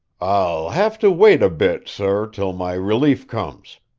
i'll have to wait a bit, sor, till my relief comes.